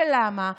ולמה?